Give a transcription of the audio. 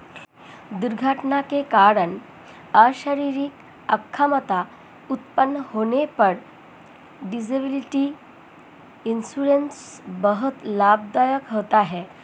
दुर्घटना के कारण शारीरिक अक्षमता उत्पन्न होने पर डिसेबिलिटी इंश्योरेंस बहुत लाभदायक होता है